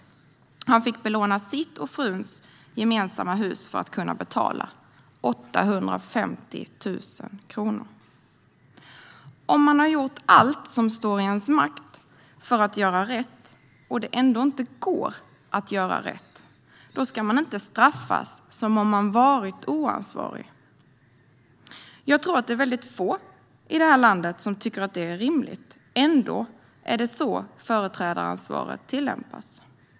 Han fick belåna sitt och fruns gemensamma hus för att kunna betala 850 000 kronor. Om man gör allt som står i ens makt för att göra rätt och det ändå inte går att göra rätt ska man inte straffas som om man har varit oansvarig. Jag tror att det är väldigt få i det här landet som tycker att det är rimligt. Ändå är det så företrädaransvaret har utvecklats.